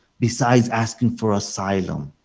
besides asking for asylum?